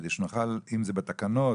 אם זה בתקנות,